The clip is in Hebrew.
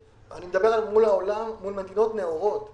אני מדבר על מצבנו מול מדינות נאורות בעולם,